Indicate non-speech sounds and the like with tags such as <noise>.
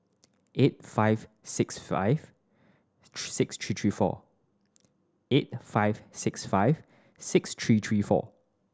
eight five six five <noise> six three three four eight five six five six three three four